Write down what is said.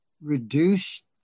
reduced